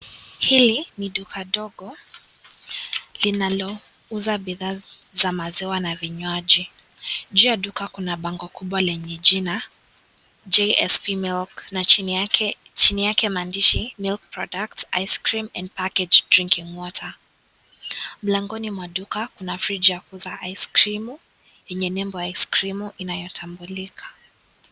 Hili ni duka dogo linalouza bidhaa za maziwa na vinywaji. Juu ya duka kuna bango kubwa lenye jina JSP milk na chini yake maandishi: milk products, ice cream and packaged drinking water . Mlangoni mwa duka kuna fridge ya kuuza ice creamu yenye nembo ya ice creamu inayotambulika.